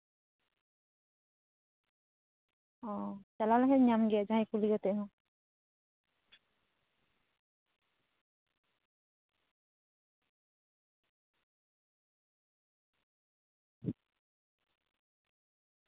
ᱚ ᱪᱟᱞᱟᱣ ᱞᱮᱱ ᱠᱷᱟᱱ ᱧᱟᱢ ᱜᱤᱭᱟᱹᱧ ᱡᱟᱦᱟᱸᱭ ᱠᱩᱞᱤ ᱠᱟᱛᱮ ᱦᱚᱸ